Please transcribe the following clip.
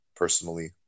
personally